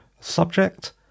subject